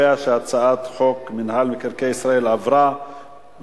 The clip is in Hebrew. הצעת חוק מינהל מקרקעי ישראל (תיקון,